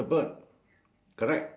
dust~ dustbin ah